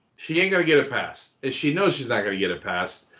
she ain't gonna get a pass. and she knows she's not gonna get a pass,